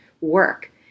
work